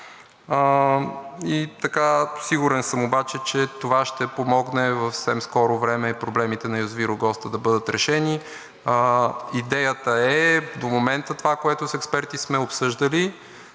проект. Сигурен съм обаче, че това ще помогне в съвсем скоро време проблемите на язовир „Огоста“ да бъдат решени. Идеята е, до момента това, което с експерти сме обсъждали,